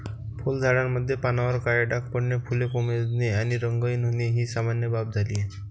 फुलझाडांमध्ये पानांवर काळे डाग पडणे, फुले कोमेजणे आणि रंगहीन होणे ही सामान्य बाब झाली आहे